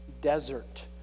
desert